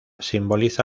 simboliza